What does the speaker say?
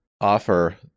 offer